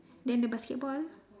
then the basketball